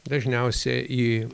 dažniausia į